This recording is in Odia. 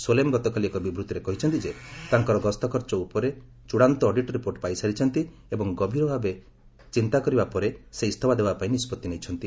ସୋଲେମ୍ ଗତକାଲି ଏକ ବିବୃତ୍ତିରେ କହିଛନ୍ତି ସେ ତାଙ୍କର ଗସ୍ତ ଖର୍ଚ୍ଚ ଉପରେ ଚୂଡ଼ାନ୍ତ ଅଡିଟ୍ ରିପୋର୍ଟ ପାଇସାରିଛନ୍ତି ଏବଂ ଗଭୀର ଭାବେ ଚିନ୍ତା କରିବା ପରେ ଇସ୍ତଫା ଦେବା ପାଇଁ ନିଷ୍କଭି ନେଇଛନ୍ତି